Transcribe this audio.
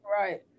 Right